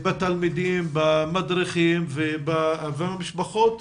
בתלמידים, במדריכים ובאלפי משפחות.